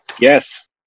Yes